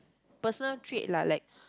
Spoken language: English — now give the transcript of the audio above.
personal trait lah like